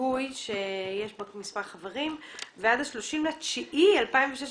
היגוי שיש בה מספר חברים ועד ה-30 בספטמבר 2016,